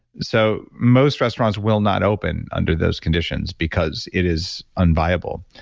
so, most restaurants will not open under those conditions, because it is unviable.